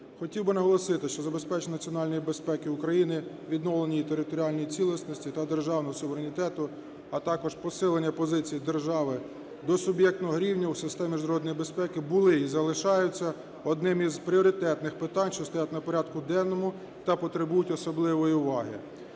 Хотів би наголосити, що забезпечення національної безпеки України, відновлення її територіальної цілісності та державного суверенітету, а також посилення позицій держави до суб'єктного рівня у системі міжнародної безпеки були і залишаються одними із пріоритетних питань, що стоять на порядку денному та потребують особливої уваги.